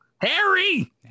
Harry